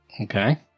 Okay